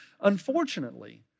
Unfortunately